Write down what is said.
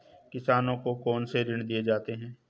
किसानों को कौन से ऋण दिए जाते हैं?